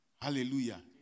Hallelujah